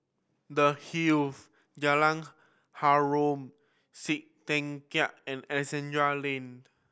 The Hive Jalan Harom Setangkai and Alexandra Lane